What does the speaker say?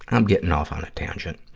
i'm getting off on a tangent.